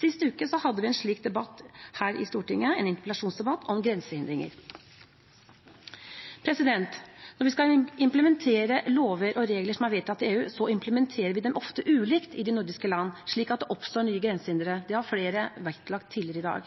Sist uke hadde vi en slik debatt, en interpellasjonsdebatt om grensehindringer, her i Stortinget. Når vi skal implementere lover og regler som er vedtatt i EU, implementerer vi dem ofte ulikt i de nordiske land, slik at det oppstår ny grensehindre. Det har flere vektlagt tidligere i dag.